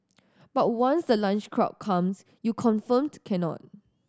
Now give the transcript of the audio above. but once the lunch crowd comes you confirmed cannot